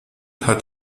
hat